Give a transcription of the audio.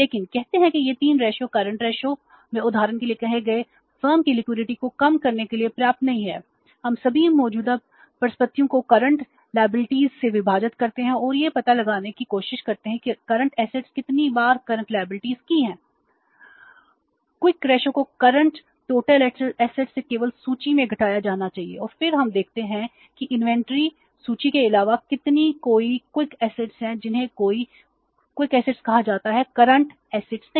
लेकिन कहते हैं कि ये 3 रेशों नहीं